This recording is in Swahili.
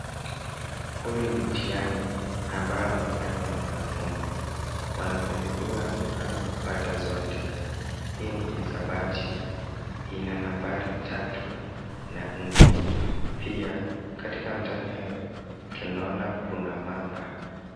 Huyu ni mtihani ambao umefanywa na mwanafunzi. Mwanafunzi huyu anaonekana kupata zote. Hii ni hisabati. Ina nambari tatu na nne. Pia katika mtihani hayo tunaona kuna mamba.